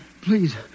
Please